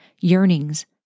yearnings